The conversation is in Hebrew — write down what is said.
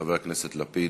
חבר הכנסת לפיד,